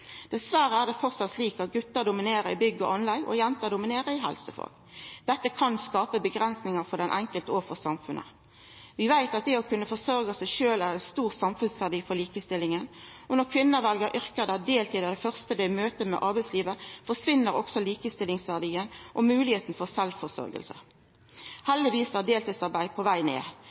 Dessverre er det framleis slik at gutar dominerer i bygg- og anleggsbransjen, og jenter dominerer i helsefag. Dette kan skapa avgrensingar for den enkelte og for samfunnet. Vi veit at det å kunna forsørgja seg sjølv er av stor samfunnsverdi for likestillinga, og når kvinner vel yrke der deltid er det første dei møter i arbeidslivet, forsvinn også likestillingsverdien og moglegheita for sjølvforsørging. Heldigvis er deltidsarbeid på veg ned.